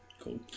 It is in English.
Cool